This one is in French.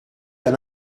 d’un